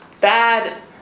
bad